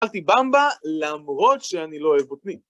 אכלתי במבה למרות שאני לא אוהב בוטנים.